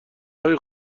های